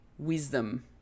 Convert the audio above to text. Wisdom